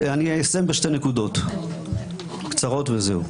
אסיים בשתי נקודות קצרות, וזהו.